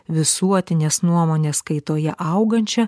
visuotinės nuomonės kaitoje augančią